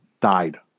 died